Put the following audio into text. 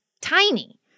tiny